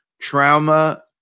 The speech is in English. trauma